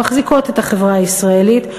שמחזיקות את החברה הישראלית,